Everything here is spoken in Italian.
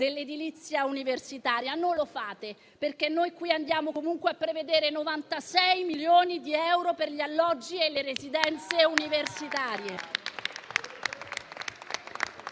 dell'edilizia universitaria. Non lo fate, perché noi prevediamo 96 milioni di euro per gli alloggi e le residenze universitarie.